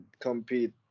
compete